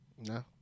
No